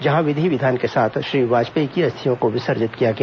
जहां विधि विधान के साथ श्री वाजपेयी की अस्थियों को विसर्जित किया गया